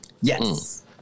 Yes